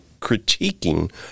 critiquing